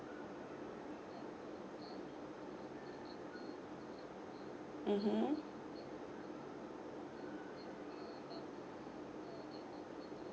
mmhmm